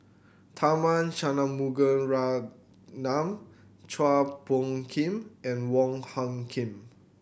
Tharman Shanmugaratnam Chua Phung Kim and Wong Hung Khim